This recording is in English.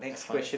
have fun